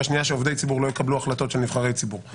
בעיקר שעובדי ציבור לא יקבלו החלטות של נבחרי ציבור.